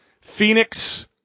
Phoenix